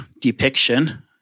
depiction